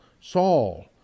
Saul